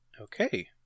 Okay